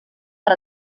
per